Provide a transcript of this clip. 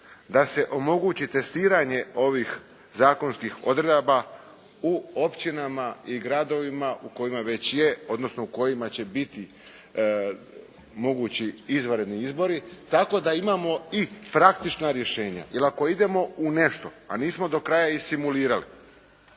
da se omogući testiranje ovih zakonskih odredaba u općinama i gradovima u kojima već je, odnosno u kojima će biti mogući izvanredni izbori, tako da imamo i praktična rješenja, jer ako idemo u nešto, a nismo do kraja isimulirali